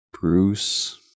Bruce